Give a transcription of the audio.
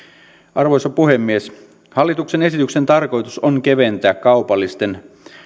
arvoisa puhemies hallituksen esityksen tarkoitus on keventää kaupallisten